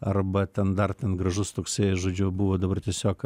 arba ten dar ten gražus toksai žodžiu buvo dabar tiesiog